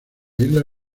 isla